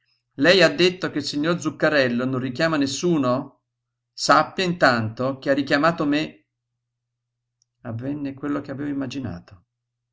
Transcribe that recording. lei ha detto che il signor zuccarello non richiama nessuno sappia intanto che ha richiamato me avvenne quel che avevo immaginato